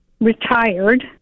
retired